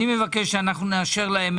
אני מבקש שאנחנו נאשר להם את ההעברות.